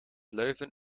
leuven